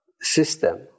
system